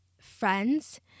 friends